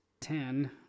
ten